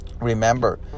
Remember